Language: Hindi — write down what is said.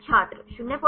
छात्र 01